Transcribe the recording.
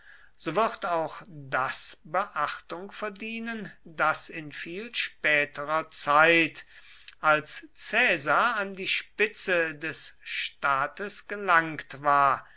so wird auch das beachtung verdienen daß in viel späterer zeit als caesar an die spitze des staates gelangt war